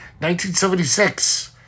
1976